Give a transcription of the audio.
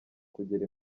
kugera